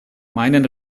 meinen